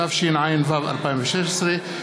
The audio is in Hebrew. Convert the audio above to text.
התשע"ו 2016,